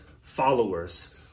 followers